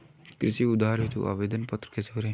कृषि उधार हेतु आवेदन पत्र कैसे भरें?